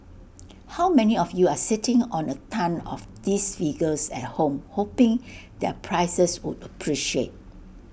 how many of you are sitting on A tonne of these figures at home hoping their prices would appreciate